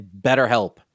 BetterHelp